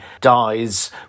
dies